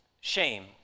shame